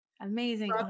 Amazing